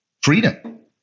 Freedom